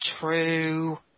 true